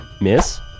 Miss